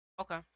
Okay